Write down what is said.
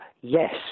yes